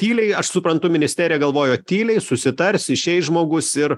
tyliai aš suprantu ministerija galvojo tyliai susitars išeis žmogus ir